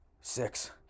Six